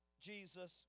Jesus